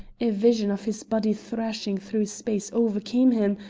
a vision of his body thrashing through space overcame him,